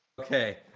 Okay